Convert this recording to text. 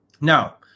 Now